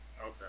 Okay